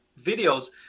videos